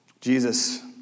Jesus